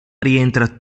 rientra